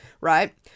right